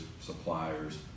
suppliers